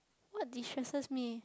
what distresses me